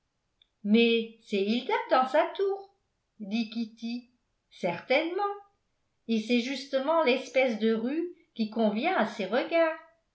mais c'est hilda dans sa tour dit kitty certainement et c'est justement l'espèce de rue qui convient à ses regards